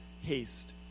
haste